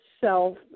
self